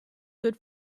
good